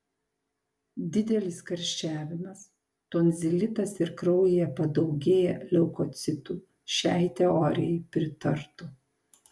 didelis karščiavimas tonzilitas ir kraujyje padaugėję leukocitų šiai teorijai pritartų